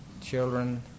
children